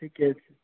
ठीके छै